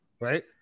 right